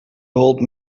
old